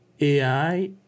AI